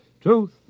Truth